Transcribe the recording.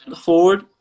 forward